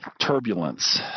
turbulence